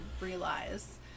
realize